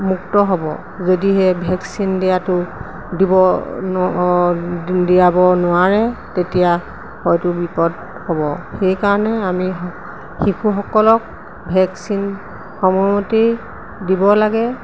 মুক্ত হ'ব যদিহে ভেকচিন দিয়াটো দিব দিয়াব নোৱাৰে তেতিয়া হয়তো বিপদ হ'ব সেইকাৰণে আমি শিশুসকলক ভেকচিন সময়মতেই দিব লাগে